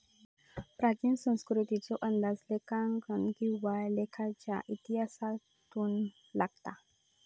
प्राचीन संस्कृतीचो अंदाज लेखांकन किंवा लेखाच्या इतिहासातून लागता